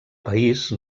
país